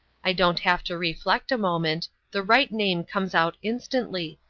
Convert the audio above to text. i don't have to reflect a moment the right name comes out instantly,